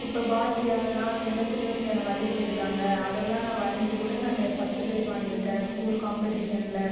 இப்போ பாரதியார்லா அந்த மாதிரிலா சின்ன வயசில் என்ன வரையை சொல்லியிருக்காங்க அதெல்லாம் நான் வரஞ்சு கூட நானு பர்ஸ்ட்டு ப்ரைஸ் வாங்கியிருக்கேன் ஸ்கூல் காம்பெடீஷனில்